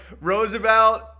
Roosevelt